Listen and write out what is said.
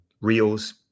reels